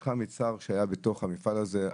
ראשיתך מצער שהיה בתוך המפעל הזה,